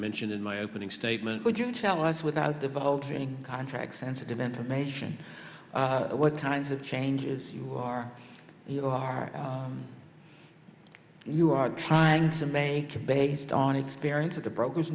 mentioned in my opening statement would you tell us without divulging contract sensitive information what kinds of changes you are you are trying to make based on experience of the brokers